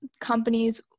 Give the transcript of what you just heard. companies